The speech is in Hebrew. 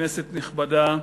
כנסת נכבדה,